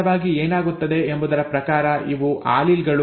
ನಿಜವಾಗಿ ಏನಾಗುತ್ತದೆ ಎಂಬುದರ ಪ್ರಕಾರ ಇವು ಆಲೀಲ್ ಗಳು